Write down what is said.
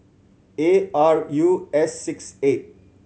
A R U S six eight